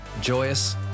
joyous